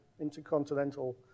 Intercontinental